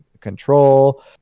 control